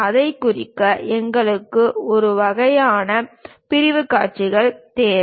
அதைக் குறிக்க எங்களுக்கு இந்த வகையான பிரிவுக் காட்சிகள் தேவை